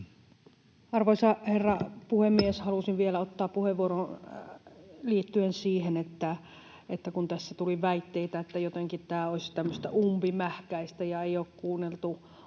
Arvoisa herra puhemies! Halusin vielä ottaa puheenvuoron liittyen siihen, kun tässä tuli väitteitä, että tämä olisi jotenkin tämmöistä umpimähkäistä ja ei ole kuunneltu